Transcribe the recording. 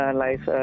life